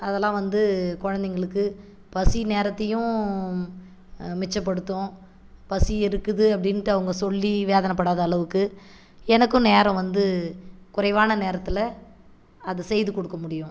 அதெல்லாம் வந்து குழந்தைங்களுக்கு பசி நேரத்தையும் மிச்சப்படுத்தும் பசி எடுக்குது அப்படின்ட்டு அவங்க சொல்லி வேதனப்படாத அளவுக்கு எனக்கும் நேரம் வந்து குறைவான நேரத்தில் அது செய்து கொடுக்க முடியும்